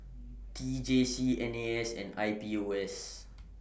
T J C N A S and I P O S